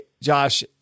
Josh